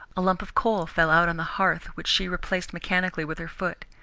a lump of coal fell out on the hearth, which she replaced mechanically with her foot.